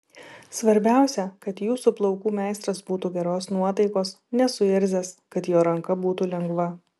svarbiausia kad jūsų plaukų meistras būtų geros nuotaikos nesuirzęs kad jo ranka būtų lengva